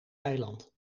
eiland